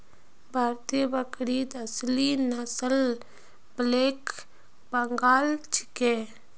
भारतीय बकरीत असली नस्ल ब्लैक बंगाल छिके